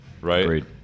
Right